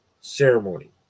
ceremony